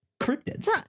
cryptids